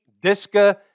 DISCA